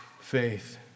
faith